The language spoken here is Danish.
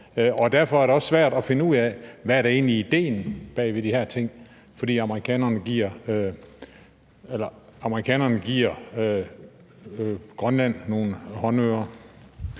derfor er det også svært at finde ud af, hvad der egentlig er ideen bag de her ting, bare fordi amerikanerne giver Grønland nogle håndører.